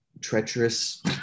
treacherous